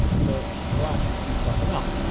so we'll actually see something else.